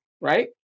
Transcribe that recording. right